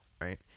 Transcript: right